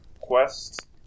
quest